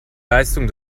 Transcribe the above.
leistung